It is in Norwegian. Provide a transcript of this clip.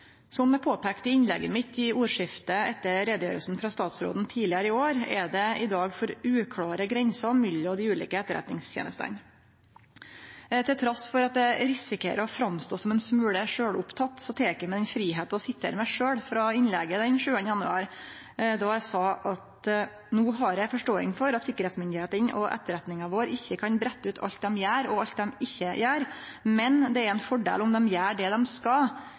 Som eg påpeika i innlegget mitt i ordskiftet etter utgreiinga frå statsråden tidlegare i år, er det i dag for uklåre grenser mellom dei ulike etterretningstenestene. Trass i at eg risikerer å framstå som ein smule sjølvoppteken, tek eg meg lov til å sitere meg sjølv, frå innlegget mitt den 7. januar, der eg sa: «No har eg forståing for at sikkerheitmyndigheitene og etterretninga vår ikkje kan brette ut alt dei gjer, og alt dei ikkje gjer, men det er ein fordel om dei gjer det dei skal,